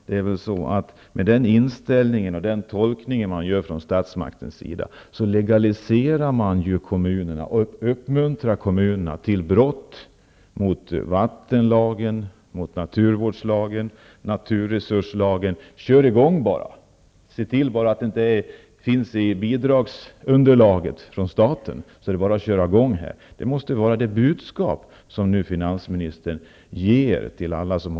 Herr talman! Med den inställning som man har och med den tolkning som man gör från statsmaktens sida legaliserar man kommunernas agerande och uppmuntrar kommunerna till brott mot vattenlagen, naturvårdslagen och naturresurslagen. Det budskap som finansministern tydligen ger till alla dem som håller på med dessa frågor måste alltså vara: Kör i gång bara, se bara till att det inte finns med i bidragsunderlaget till staten.